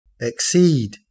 exceed